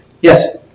Yes